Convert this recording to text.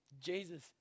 Jesus